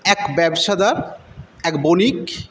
এক ব্যবসাদার এক বণিক